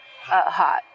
Hot